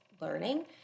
learning